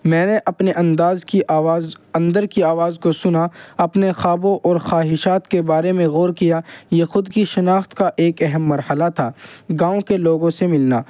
میں نے اپنے انداز کی آواز اندر کی آواز کو سنا اپنے خوابوں اور خواہشات کے بارے میں غور کیا یہ خود کی شناخت کا ایک اہم مرحلہ تھا گاؤں کے لوگوں سے ملنا